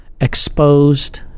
exposed